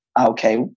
okay